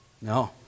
No